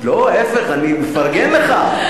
לא, ההיפך, אני מפרגן לך,